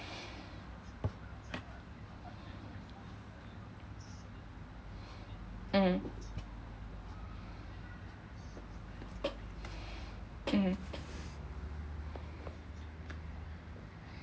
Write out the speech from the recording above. mm mm